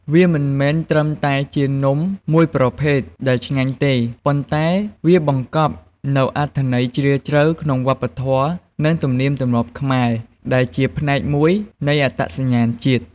វាមិនមែនត្រឹមតែជានំមួយប្រភេទដែលឆ្ងាញ់ទេ ប៉ុន្តែវាបង្កប់នូវអត្ថន័យជ្រាលជ្រៅក្នុងវប្បធម៌ និងទំនៀមទម្លាប់ខ្មែរ ដែលជាផ្នែកមួយនៃអត្តសញ្ញាណជាតិ។